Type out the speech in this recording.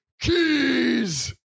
keys